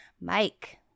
Mike